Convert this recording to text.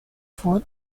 for